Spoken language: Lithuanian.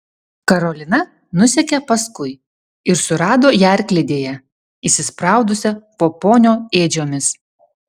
karolina nusekė paskui ir surado ją arklidėje įsispraudusią po ponio ėdžiomis